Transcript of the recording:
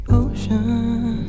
ocean